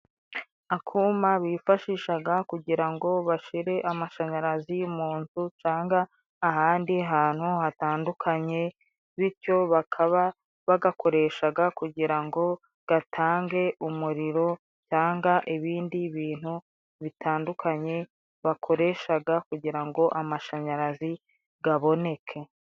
Akuma bifashishaga kugira ngo bashire amashanyarazi mu nzu, cyangwa ahandi hantu hatandukanye, bityo bakaba bagakoreshaga kugira ngo gatange umuriro, cyanga ibindi bintu bitandukanye bakoreshaga, kugira ngo amashanyarazi gaboneke.